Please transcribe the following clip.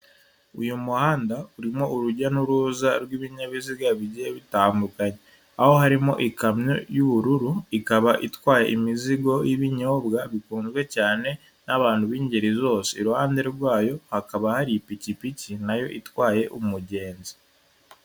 Uyu muhanda urimo urujya n'uruza rw'ibinyabiziga bigiye bitandukanye, aho harimo ikamyo y'ubururu ikaba itwaye imizigo y'ibinyobwa bikunzwe cyane n'abantu b'ingeri zose, iruhande rwayo hakaba hari ipikipiki nayo itwaye umugenzi.